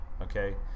okay